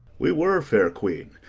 we were, fair queen,